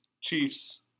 Chiefs